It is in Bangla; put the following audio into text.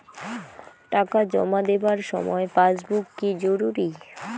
টাকা জমা দেবার সময় পাসবুক কি জরুরি?